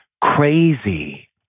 crazy